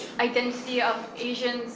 identity of asians